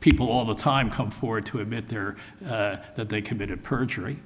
people all the time come forward to admit there that they committed perjury